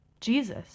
Jesus